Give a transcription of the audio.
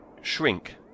shrink